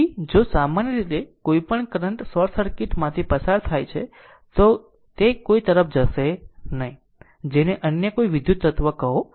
તેથી જો સામાન્ય રીતે કોઈપણ કરંટ શોર્ટ સર્કિટ માંથી પસાર થાય છે તો તે કોઈ તરફ જશે નહીં જેને અન્ય કોઈ વિદ્યુત તત્વ કહો